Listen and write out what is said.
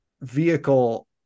vehicle